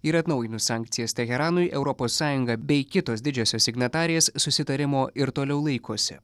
ir atnaujinus sankcijas teheranui europos sąjunga bei kitos didžiosios signatarės susitarimo ir toliau laikosi